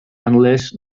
unless